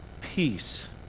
peace